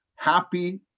Happy